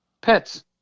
Pets